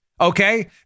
Okay